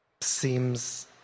seems